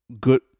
good